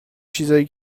چیزای